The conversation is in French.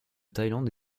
thaïlande